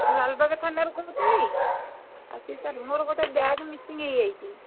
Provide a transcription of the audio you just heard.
ଲାଲବାଗ ଥାନାରୁ କହୁଛନ୍ତି ଆଶିଷ ସାର୍ ମୋର ଗୋଟେ ବ୍ୟାଗ୍ ମିସିଂ ହେଇଯାଇଛି